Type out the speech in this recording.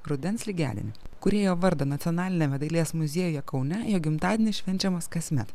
rudens lygiadienį kūrėjo vardą nacionaliniame dailės muziejuje kaune jo gimtadienis švenčiamas kasmet